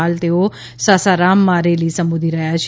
હાલ તેઓ સાસારામમાં રેલી સંબોધી રહ્યા છે